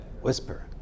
Whisper